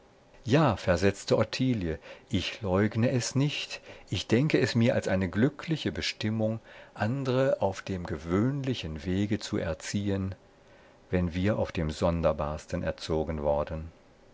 ja versetzte ottilie ich leugne es nicht ich denke es mir als eine glückliche bestimmung andre auf dem gewöhnlichen wege zu erziehen wenn wir auf dem sonderbarsten erzogen worden